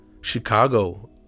Chicago